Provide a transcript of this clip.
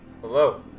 hello